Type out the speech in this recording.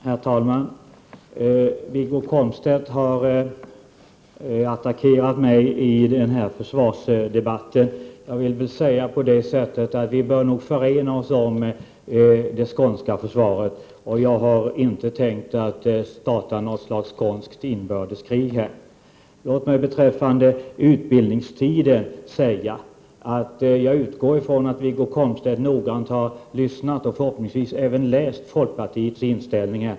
Herr talman! Wiggo Komstedt har attackerat mig i den här försvarsdebatten. Jag vill säga att vi nog bör förena oss om det skånska försvaret, och jag har inte tänkt starta något skånskt inbördeskrig. Låt mig beträffande utbildningstiden säga att jag utgår från att Wiggo Komstedt noggrant har lyssnat på oss och förhoppningsvis även läst folkpartiets inställning.